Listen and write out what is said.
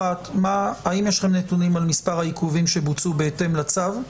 אחד האם יש לכם נתונים על מספר העיכובים שבוצעו בהתאם לצו,